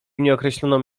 nieokreśloną